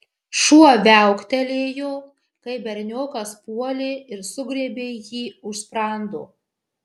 šuo viauktelėjo kai berniokas puolė ir sugriebė jį už sprando